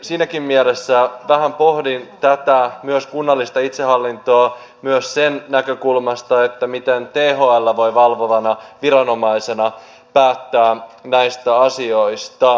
siinäkin mielessä vähän pohdin tätä myös kunnallista itsehallintoa myös sen näkökulmasta että miten thl voi valvovana viranomaisena päättää näistä asioista